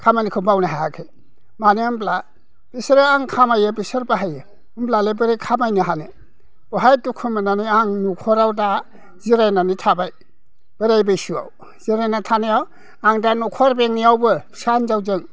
खामानिखौ मावनो हायाखै मानो होनोब्ला आं खामायो बिसोर बाहायो होनब्लालाय बोरै खामायनो हानो बेवहाय दुखु मोननानै आं न'खराव दा जिरायनानै थाबाय बोराय बैसोआव जिरायनानै थानायाव आं दा न'खर बेंनायावबो फिसा हिनजावजों